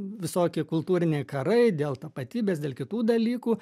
visokie kultūriniai karai dėl tapatybės dėl kitų dalykų